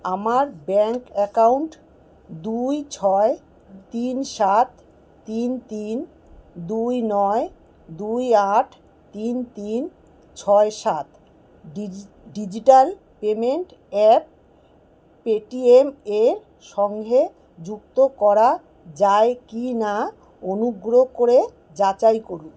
আমার bank account দুই ছয় তিন সাত তিন তিন দুই নয় দুই আট তিন তিন ছয় সাত digi digital payment app Paytm এর সঙ্গে যুক্ত করা যায় কি না অনুগ্রহ করে যাচাই করুন